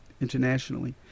internationally